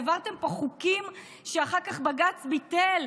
העברתם פה חוקים שאחר כך בג"ץ ביטל,